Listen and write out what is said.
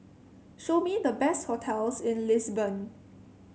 show me the best hotels in Lisbon